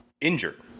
injured